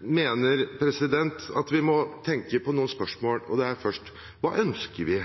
mener at vi må tenke på noen spørsmål, og det første er: Hva ønsker vi?